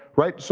right? so